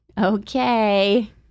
Okay